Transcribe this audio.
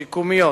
שיקומיות,